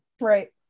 right